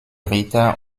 ritter